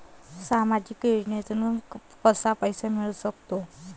सामाजिक योजनेतून कसा पैसा मिळू सकतो?